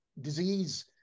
disease